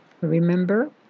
Remember